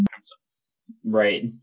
Right